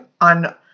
on